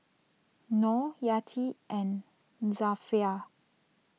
Nor Yati and Zafran